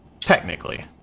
Technically